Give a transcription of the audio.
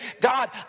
God